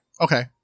Okay